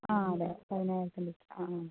ആ അതേ പതിനായിരത്തിന്റെ ആ ആ